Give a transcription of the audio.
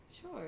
Sure